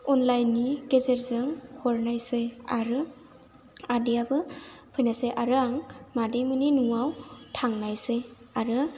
अनलाइननि गेजेरजों हरनायसै आरो आदैयाबो फैनायसै आरो आं मादैमोननि न'आव थांनायसै आरो